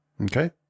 Okay